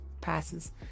passes